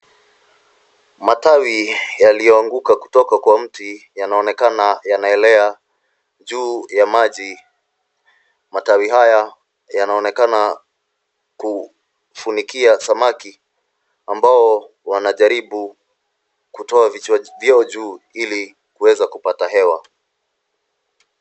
Matawi yaliyoanguka kutoka kwa mti yanaonekana yanaelea juu ya maji. Matawi haya yanaonekana kufunikia samaki ambao wanajaribu kutoa vichwa vyao juu ili kuweza kupata hewa.